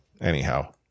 anyhow